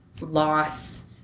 loss